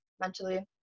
mentally